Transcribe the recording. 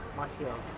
marcell